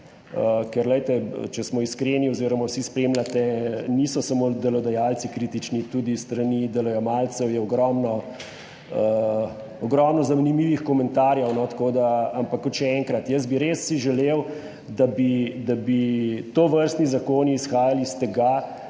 Ker glejte, če smo iskreni, oz. vsi spremljate, niso samo delodajalci kritični, tudi s strani delojemalcev je ogromno zanimivih komentarjev. Ampak še enkrat, jaz bi res si želel, da bi, da bi tovrstni zakoni izhajali iz tega,